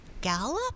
gallop